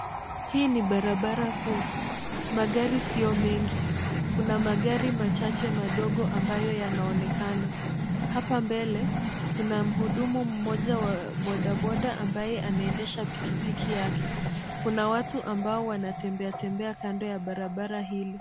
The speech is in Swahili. Hii ni barabara kuu. Magari siyo mengi. Kuna magari machache madogo ambayo yanaonekana. Hapa mbele kuna mhudumu mmoja wa bodaboda ambaye anaendesha pikipiki yake. Kuna watu ambao wanatembea tembea kando ya barabara hili.